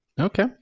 Okay